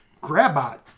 GrabBot